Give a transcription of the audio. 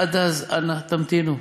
עד אז, אנא תמתינו.